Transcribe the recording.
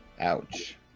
Ouch